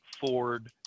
ford